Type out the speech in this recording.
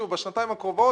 בשנתיים הקרובות,